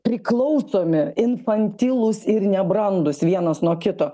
priklausomi infantilūs ir nebrandūs vienas nuo kito